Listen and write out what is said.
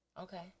okay